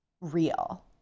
real